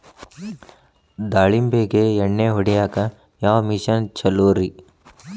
ದಾಳಿಂಬಿಗೆ ಎಣ್ಣಿ ಹೊಡಿಯಾಕ ಯಾವ ಮಿಷನ್ ಛಲೋರಿ?